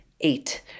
Eight